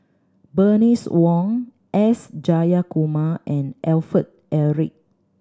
Bernice Wong S Jayakumar and Alfred Eric